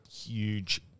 huge